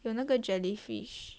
有那个 jellyfish